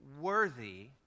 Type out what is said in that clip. worthy